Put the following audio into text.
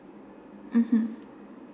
mmhmm